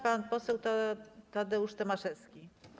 Pan poseł Tadeusz Tomaszewski.